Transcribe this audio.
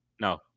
no